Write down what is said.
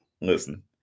Listen